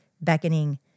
beckoning